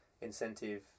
incentive